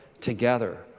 together